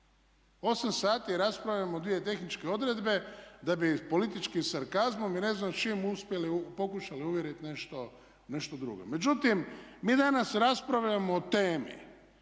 8 sati raspravljamo o dvije tehničke odredbe da bi političkim sarkazmom i ne znam čime uspjeli, pokušali uvjeriti nešto drugo. Međutim, mi danas raspravljamo o temi